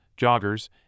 joggers